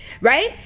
Right